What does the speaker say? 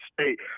state